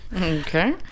okay